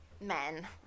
men